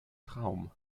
traum